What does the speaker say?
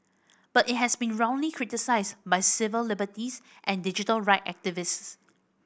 but it has been roundly criticised by civil liberties and digital right activists